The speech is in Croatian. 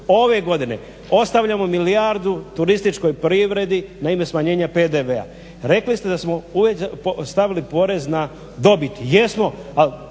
Ove godine ostavljamo milijardu turističkoj privredi na ime smanjenja PDV-a. Rekli ste da smo stavili porez na dobit,